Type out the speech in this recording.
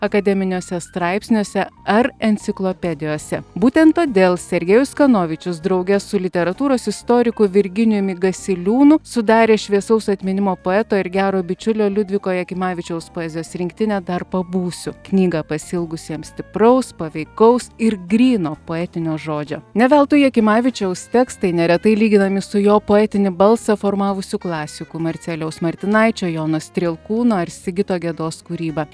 akademiniuose straipsniuose ar enciklopedijose būtent todėl sergejus kanovičius drauge su literatūros istoriku virginijumi gasiliūnu sudarė šviesaus atminimo poeto ir gero bičiulio liudviko jakimavičiaus poezijos rinktinę dar pabūsiu knygą pasiilgusiems stipraus paveikaus ir gryno poetinio žodžio ne veltui jakimavičiaus tekstai neretai lyginami su jo poetinį balsą formavusių klasikų marcelijaus martinaičio jono strielkūno ir sigito gedos kūryba